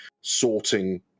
sorting